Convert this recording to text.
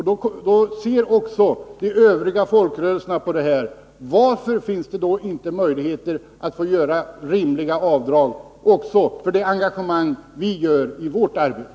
Då undrar också de övriga folkrörelserna över detta: Varför finns det inte möjligheter att få göra rimliga avdrag även för det engagemang vi lägger ned i vårt arbete?